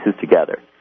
together